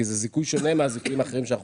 כי זה זיכוי שנה מהזיכויים האחרים שאנחנו